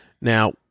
Now